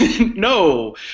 No